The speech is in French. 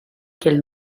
qu’elle